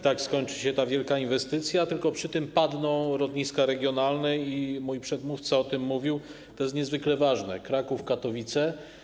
Tak skończy się ta wielka inwestycja, tylko przy okazji padną lotniska regionalne - mój przedmówca o tym mówił, to jest niezwykle ważne - Kraków, Katowice.